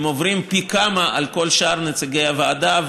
הם עוברים פי כמה על כל שאר נציגי הוועדה,